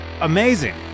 amazing